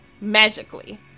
magically